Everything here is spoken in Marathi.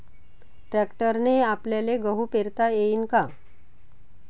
ट्रॅक्टरने आपल्याले गहू पेरता येईन का?